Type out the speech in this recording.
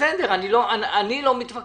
אני לא מתווכח,